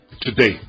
today